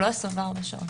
לא 24 שעות.